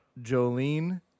Jolene